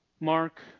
Mark